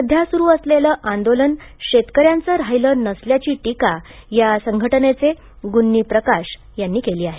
सध्या सुरु असलेले आंदोलन शेतकऱ्यांचे राहिले नसल्याची टिका या संघटनेचे गुनी प्रकाश यांनी केली आहे